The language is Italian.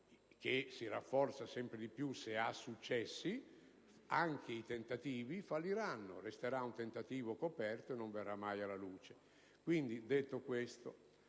che si rafforza sempre di più se ha successi, anche quel tentativo fallirà, resterà coperto e non verrà mai alla luce.